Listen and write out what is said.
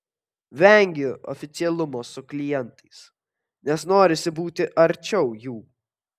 vengiu oficialumo su klientais nes norisi būti arčiau jų